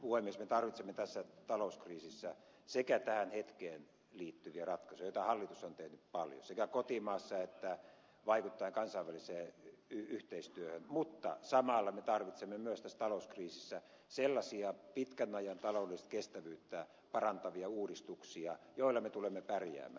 me tarvitsemme tässä talouskriisissä sekä tähän hetkeen liittyviä ratkaisuja joita hallitus on tehnyt paljon sekä kotimaassa että vaikuttaen kansainväliseen yhteistyöhön että samalla myös sellaisia pitkän ajan taloudellista kestävyyttä parantavia uudistuksia joilla me tulemme pärjäämään